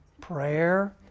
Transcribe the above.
prayer